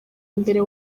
mbere